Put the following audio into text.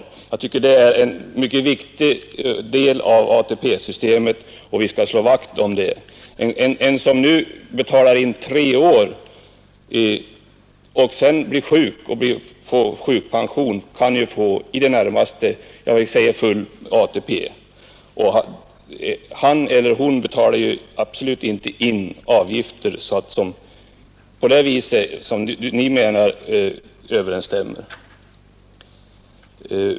Det är något som enligt min mening är en mycket viktig del av ATP-systemet och som vi bör slå vakt om. En person som nu har betalat in avgifter under tre år och sedan blir sjuk och därför får sjukpension, erhåller i det närmaste full ATP. Han eller hon har absolut inte betalat in avgifter som överensstämmer, på det sätt som här avses, med förmå nerna.